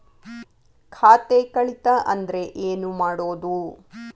ಖಾತೆ ಕಳಿತ ಅಂದ್ರೆ ಏನು ಮಾಡೋದು?